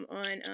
on